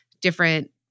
different